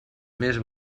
més